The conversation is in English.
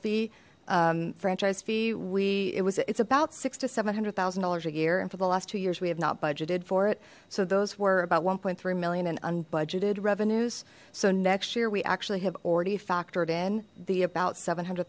fee franchise fee we it was it's about six to seven hundred thousand dollars a year and for the last two years we have not budgeted for it so those were about one three million and unbudgeted revenues so next year we actually have already factored in the about seven